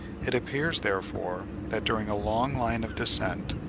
it appears therefore that, during a long line of descent,